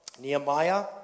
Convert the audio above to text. Nehemiah